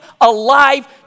alive